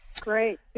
Great